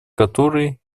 которые